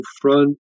front